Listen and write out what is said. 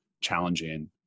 challenging